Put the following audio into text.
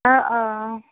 অঁ অঁ অঁ